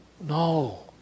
No